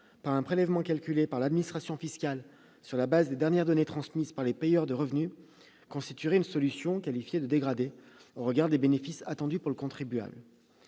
d'un prélèvement calculé par l'administration fiscale sur la base des dernières données transmises par les payeurs de revenus constituerait une solution « dégradée » au regard des bénéfices attendus pour le contribuable.